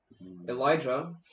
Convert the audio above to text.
Elijah